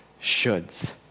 shoulds